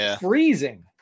freezing